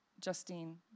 Justine